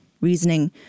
reasoning